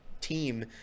team